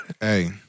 Hey